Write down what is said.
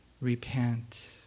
repent